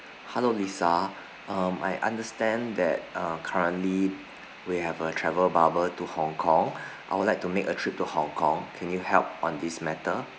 hello lisa um I understand that uh currently we have a travel bubble to hong kong I would like to make a trip to hong kong can you help on this matter